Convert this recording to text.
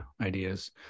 Ideas